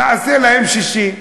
נעשה להם שישי,